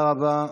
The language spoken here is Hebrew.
תודה רבה.